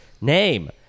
name